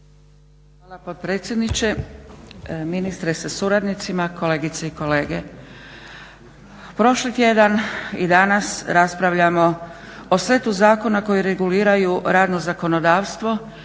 Hvala potpredsjedniče. Ministre sa suradnicima, kolegice i kolege. Prošli tjedan i danas raspravljamo o setu zakona koji reguliraju radno zakonodavstvo